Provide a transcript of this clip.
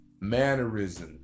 mannerisms